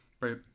right